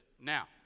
Now